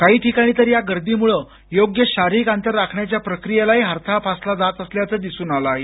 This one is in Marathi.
काही ठिकाणी तर या गर्दीमुळं योग्य शाररिक अंतर राखण्याच्या प्रक्रियेलाही हरताळ फासला जात असल्याचं दिसून आलं आहे